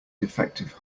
defective